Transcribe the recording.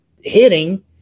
hitting